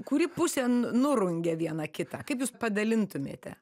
kuri pusė nu nurungia vieną kitą kaip jūs padalintumėte